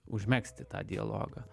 užmegzti tą dialogą